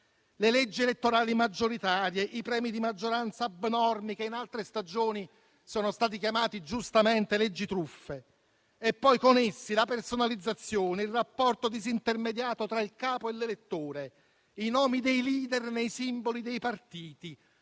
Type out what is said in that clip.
Le leggi elettorali maggioritarie, i premi di maggioranza abnormi, che in altre stagioni sono stati chiamati giustamente leggi truffe, e poi con essi la personalizzazione, il rapporto disintermediato tra il capo e l'elettore e i nomi dei *leader* nei simboli dei partiti